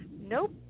nope